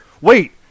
Wait